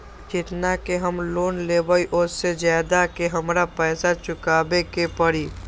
जेतना के हम लोन लेबई ओ से ज्यादा के हमरा पैसा चुकाबे के परी?